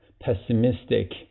pessimistic